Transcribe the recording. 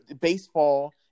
baseball